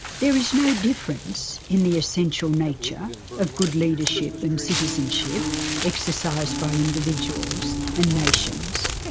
there is no difference in the essential nature of good leadership and citizenship exercised by individuals and nations.